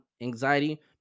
anxiety